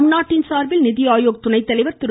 நம் நாட்டின் சார்பில் நிதி ஆயோக் துணைத்தலைவர் திரு